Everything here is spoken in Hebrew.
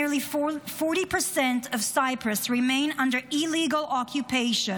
Nearly 40% of Cyprus remains under illegal occupation,